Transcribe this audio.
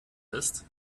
ist